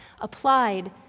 applied